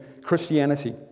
Christianity